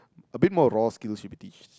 a bit more raw skills should be teach